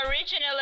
originally